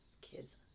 kids